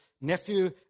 nephew